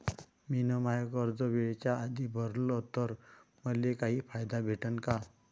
मिन माय कर्ज वेळेच्या आधी भरल तर मले काही फायदा भेटन का?